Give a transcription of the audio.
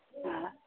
ಹಾಂ